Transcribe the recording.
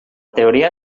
teoria